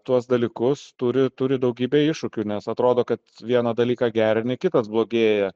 tuos dalykus turi turi daugybę iššūkių nes atrodo kad vieną dalyką gerini kitas blogėja